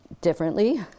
differently